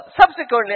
subsequently